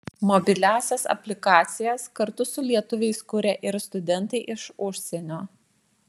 mobiliąsias aplikacijas kartu su lietuviais kuria ir studentai iš užsienio